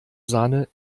sahne